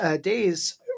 days